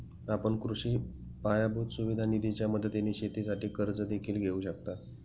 आपण कृषी पायाभूत सुविधा निधीच्या मदतीने शेतीसाठी कर्ज देखील घेऊ शकता